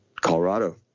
Colorado